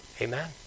Amen